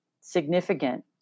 significant